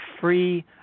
free